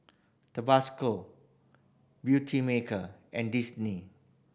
Tabasco Beautymaker and Disney